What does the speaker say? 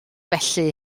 felly